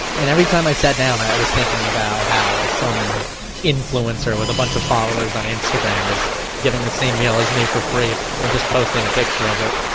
and every time i sat down, i was thinking about how some influencer with a bunch of followers on instagram was getting the same meal as me for free and just posting a picture of it.